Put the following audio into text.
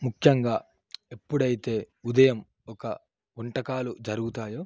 ముఖ్యంగా ఎప్పుడైతే ఉదయం ఒక వంటకాలు జరుగుతాయో